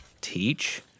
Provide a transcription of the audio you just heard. teach